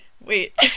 wait